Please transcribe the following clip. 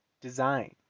design